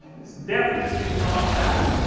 it's definitely not that.